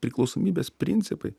prince priklausomybės principai